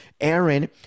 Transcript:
Aaron